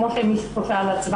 כמו שאמרתם,